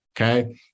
okay